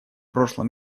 прошлом